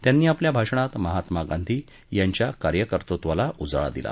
त्यांनी आपल्या भाषणात महात्मा गांधी यांच्या कार्यकर्तृत्वाला उजाळा दिला